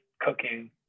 cooking